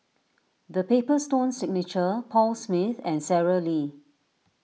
the Paper Stone Signature Paul Smith and Sara Lee